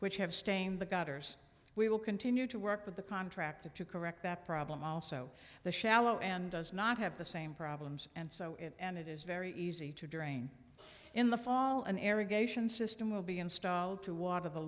which have stained the gutters we will continue to work with the contractor to correct that problem also the shallow end does not have the same problems and so it and it is very easy to drain in the fall an area geishas system will be installed to water the